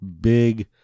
big